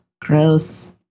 gross